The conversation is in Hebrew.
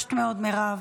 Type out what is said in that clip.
ריגשת מאוד, מירב.